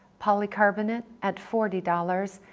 polycarbonate at forty dollars,